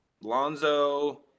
lonzo